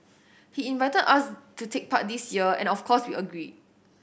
he invited us to take part this year and of course we agreed